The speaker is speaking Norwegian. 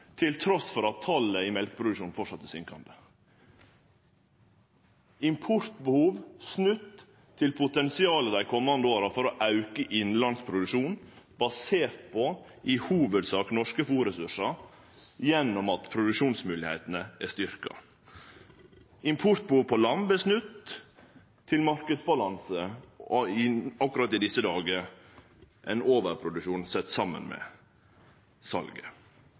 opp trass i at talet i mjølkeproduksjonen framleis går ned. Importbehov er snudd til potensial dei komande åra for å auke innlandsproduksjon basert på i hovudsak norske fôrressursar gjennom at produksjonsmoglegheitene er styrkte. Importbehov på lam vart snudd til marknadsbalanse – akkurat i desse dagar ein overproduksjon sett saman med salet.